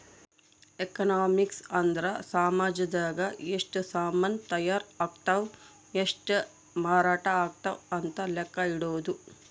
economics ಅಂದ್ರ ಸಾಮಜದಾಗ ಎಷ್ಟ ಸಾಮನ್ ತಾಯರ್ ಅಗ್ತವ್ ಎಷ್ಟ ಮಾರಾಟ ಅಗ್ತವ್ ಅಂತ ಲೆಕ್ಕ ಇಡೊದು